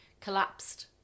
collapsed